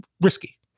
risky